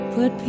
Put